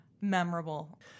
memorable